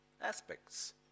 aspects